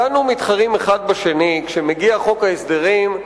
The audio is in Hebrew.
כשמגיע חוק ההסדרים,